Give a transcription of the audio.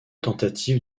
tentatives